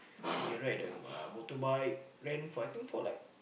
you can ride the uh motorbike rent for I think for like